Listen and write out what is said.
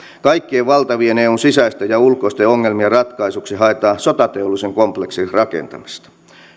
kaikkien valtavien eun sisäisten ja ulkoisten ongelmien ratkaisuksi haetaan sotateollisen kompleksin rakentamista